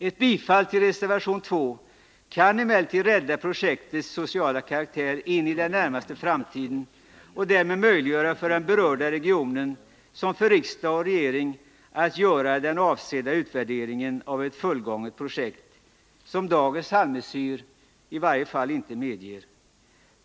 Ett bifall till reservation 2 kan emellertid rädda projektets sociala karaktär för den närmaste framtiden och därmed möjliggöra såväl för den berörda regionen som för riksdag och regering att göra den avsedda utvärderingen av ett fullgånget projekt, som dagens halvmesyr inte medger.